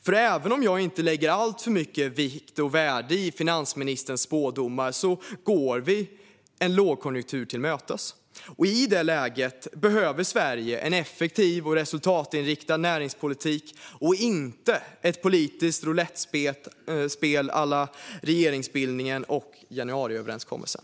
För även om jag inte lägger alltför mycket vikt och värde i finansministerns spådomar går vi en lågkonjunktur till mötes. I det läget behöver Sverige en effektiv och resultatinriktad näringspolitik och inte ett politiskt roulettespel à la regeringsbildningen och januariöverenskommelsen.